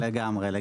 לגמרי.